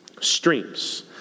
Streams